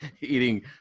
eating